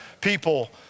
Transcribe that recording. people